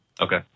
Okay